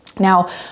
Now